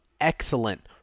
excellent